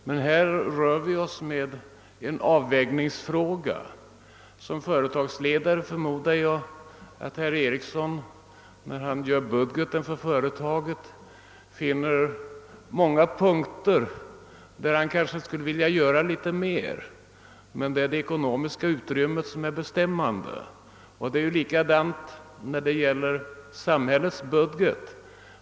Men det här är en avvägningsfråga. Jag förmodar att herr Ericsson som företagsledare, när han gör upp företagets budget, finner många punkter där han kanske skulle vilja göra litet mer men där det ekonomiska utrymmet inte tillåter det. Det är likadant med samhällets budget.